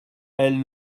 elle